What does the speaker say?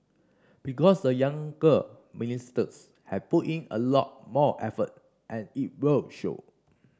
because the younger ministers have put in a lot more effort and it will show